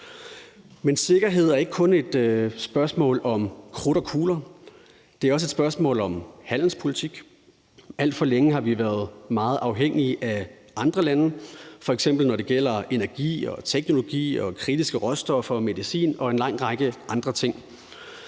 Men sikkerhed er ikke kun et spørgsmål om krudt og kugler. Det er også et spørgsmål om handelspolitik. Alt for længe har vi været meget afhængige af andre lande, f.eks. når det gælder energi og teknologi og kritiske råstoffer og medicin og en lang række andre ting.